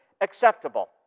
acceptable